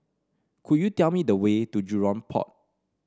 could you tell me the way to Jurong Port